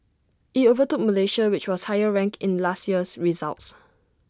IT overtook Malaysia which was higher ranked in last year's results